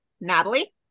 Natalie